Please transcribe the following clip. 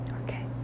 Okay